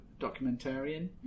documentarian